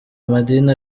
amadini